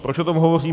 Proč o tom hovořím?